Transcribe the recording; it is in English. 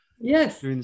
Yes